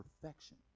perfection